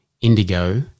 indigo